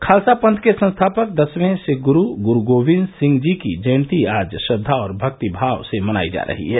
खालसा पंथ के संस्थापक दसवें सिख गुरू गुरू गोविन्द सिंह जी की जयंती आज श्रद्दा और भक्तिभाव से मनाई जा रही है